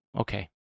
okay